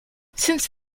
since